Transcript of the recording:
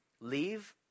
leave